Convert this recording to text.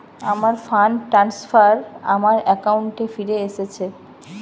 আমার fund transfer আমার অ্যাকাউন্টে ফিরে এসেছে